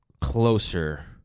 closer